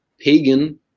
pagan